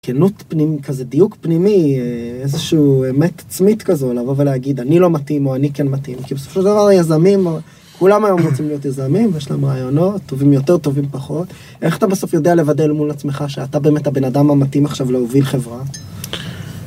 כנות פנים, כזה דיוק פנימי, איזושהו אמת עצמית כזו, לבוא ולהגיד, אני לא מתאים או אני כן מתאים, כי בסופו של דבר יזמים, או... כולם היום רוצים להיות יזמים, ויש להם רעיונות, טובים יותר, טובים פחות. איך אתה בסוף יודע לוודא אל מול עצמך, שאתה באמת הבן אדם המתאים עכשיו להוביל חברה?